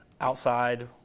outside